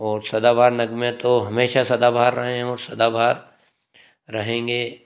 और सदाबहार नगमें तो हमेशा सदाबहार रहे हैं सदाबहार रहेंगे